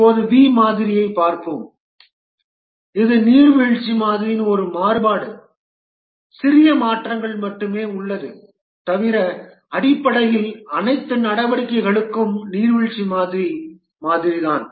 இப்போது வி மாதிரியைப் பார்ப்போம் இது நீர்வீழ்ச்சி மாதிரியின் ஒரு மாறுபாடு சிறிய மாற்றங்கள் மட்டுமே உள்ளது தவிர அடிப்படையில் அனைத்து நடவடிக்கைகளும் நீர்வீழ்ச்சி மாதிரி மாதிரிதான்